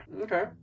Okay